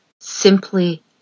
simply